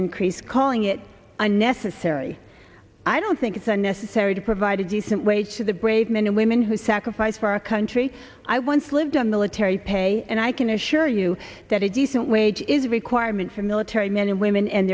increase calling it unnecessary i don't think it's unnecessary to provide a decent wage for the brave men and women who sacrificed for our country i once lived on military pay and i can assure you that a decent wage is a requirement for military men and women and